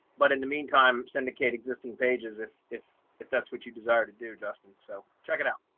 but in the meantime, syndicate existing pages if, if if that's what you desire to do, justin, so check it out.